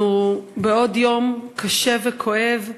אנחנו בעוד יום קשה וכואב,